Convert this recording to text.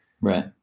Right